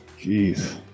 Jeez